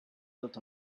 built